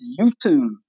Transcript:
YouTube